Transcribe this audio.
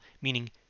meaning